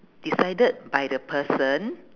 decided by the person